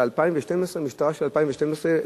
והמשטרה של 2012,